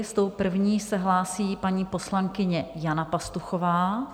S tou první se hlásí paní poslankyně Jana Pastuchová.